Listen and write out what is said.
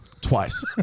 twice